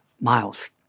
Miles